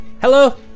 hello